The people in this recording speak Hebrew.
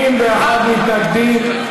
81 מתנגדים,